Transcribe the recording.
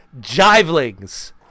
jivelings